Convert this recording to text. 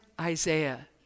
isaiah